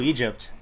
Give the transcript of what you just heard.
Egypt